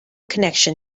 connection